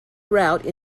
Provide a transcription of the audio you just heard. route